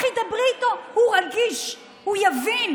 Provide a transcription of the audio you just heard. לכי דברי איתו, הוא רגיש, הוא יבין.